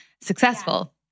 successful